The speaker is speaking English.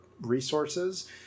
resources